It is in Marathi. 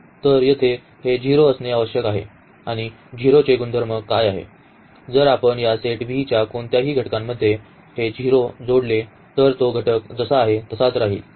तर येथे हे 0 असणे आवश्यक आहे आणि 0 चे गुणधर्म काय आहे जर आपण या सेट V च्या कोणत्याही घटकामध्ये हे 0 जोडले तर तो घटक जसा आहे तसाच राहील